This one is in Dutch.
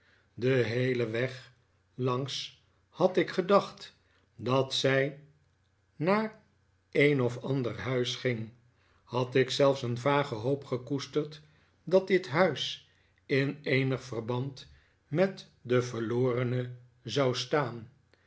den heelen weg langs had ik gedacht dat zij naar een of ander huis ging had ik zelfs een vage hoop gekoesterd dat dit huis in eenig verband met de verlorene zou staan